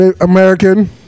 American